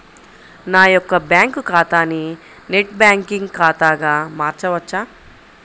నా యొక్క బ్యాంకు ఖాతాని నెట్ బ్యాంకింగ్ ఖాతాగా మార్చవచ్చా?